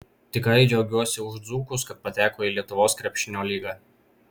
tikrai džiaugiuosi už dzūkus kad pateko į lietuvos krepšinio lygą